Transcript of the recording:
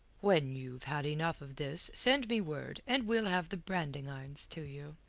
when you've had enough of this, send me word, and we'll have the branding-irons to you.